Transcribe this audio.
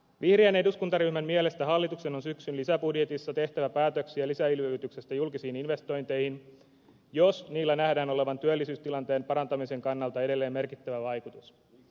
vihreän eduskuntaryhmän mielestä hallituksen on syksyn lisäbudjetissa tehtävä päätöksiä lisäelvytyksestä julkisiin investointeihin jos niillä nähdään olevan työllisyystilanteen parantamisen kannalta edelleen merkittävä vaikutus